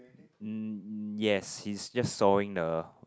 mm yes he's just sawing the